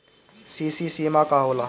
CC सीमा का होला?